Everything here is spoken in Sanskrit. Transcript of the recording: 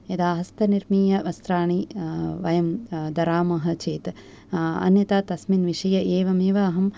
यदा हस्तनिर्मीय वस्त्राणि वयं धराम चेत् अन्यथा तस्मिन् एवमेव अहं